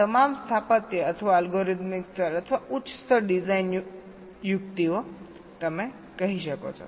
આ તમામ સ્થાપત્ય અથવા ઓલ્ગરિધમક સ્તર અથવા ઉચ્ચ સ્તર ડિઝાઇન યુકિતઓ તમે કહી શકો છો